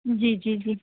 જી જી જી